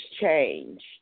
change